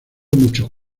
muchos